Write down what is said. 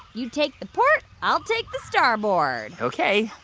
you take the port. i'll take the starboard ok,